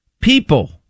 people